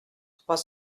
trois